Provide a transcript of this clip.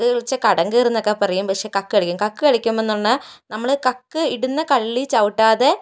കക്ക് കളിച്ചാൽ കടം കയറുമെന്നൊക്കെ പറയും പക്ഷെ കക്ക് കളിക്കും കക്ക് കളിക്കുമ്പോൾ പറഞ്ഞാൽ നമ്മൾ കക്ക് ഇടുന്ന കള്ളി ചവിട്ടാതെ